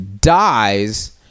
dies